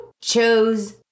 chose